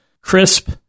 crisp